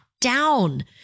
down